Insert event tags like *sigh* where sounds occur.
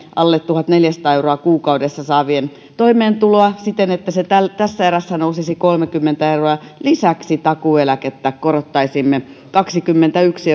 alle tuhatneljäsataa euroa kuukaudessa saavien toimeentuloa siten että se tässä erässä nousisi kolmekymmentä euroa ja lisäksi takuueläkettä korottaisimme kaksikymmentäyksi *unintelligible*